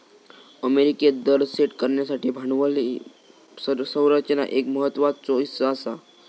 अमेरिकेत दर सेट करण्यासाठी भांडवली संरचना एक महत्त्वाचो हीस्सा आसा